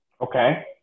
Okay